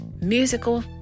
Musical